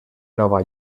nova